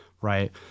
right